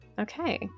okay